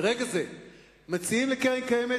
ברגע זה מציעים לקרן קיימת,